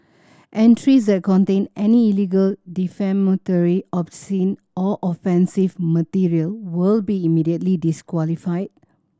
entries that contain any illegal defamatory obscene or offensive material will be immediately disqualified